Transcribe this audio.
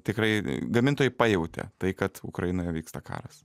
tikrai gamintojai pajautė tai kad ukrainoje vyksta karas